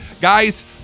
Guys